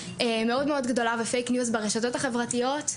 מאוד גדולה ופייק-ניוז ברשתות החברתיות.